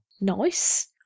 Nice